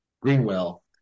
Greenwell